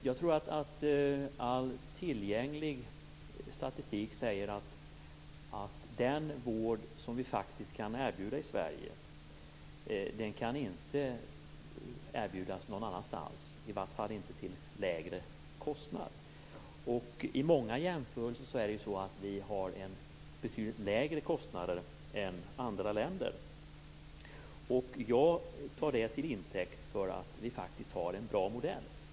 Jag tror att all tillgänglig statistik säger att den vård som vi faktiskt kan erbjuda i Sverige inte kan erbjudas någon annanstans, i alla fall inte till lägre kostnad. I många jämförelser har vi betydligt lägre kostnader än andra länder. Jag tar det till intäkt för att vi faktiskt har en bra modell.